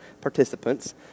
participants